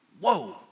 Whoa